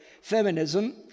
feminism